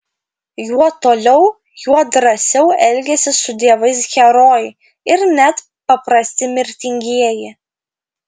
juo toliau juo drąsiau elgiasi su dievais herojai ir net paprasti mirtingieji